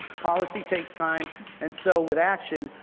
policy takes time and so, with action,